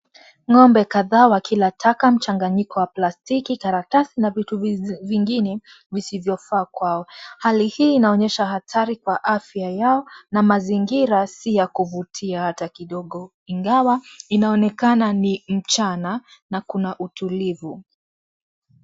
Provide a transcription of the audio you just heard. Ng'ombe kadhaa wakila taka mchanganyiko wa plastiki, karatasi na vitu vingine visivyofaa kwao. Hali hii inaonyesha hatari kwa afya yao na mazingira si ya kuvutia hata kidogo ingawa inaonekana ni mchana na kuna utulivu.